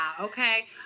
okay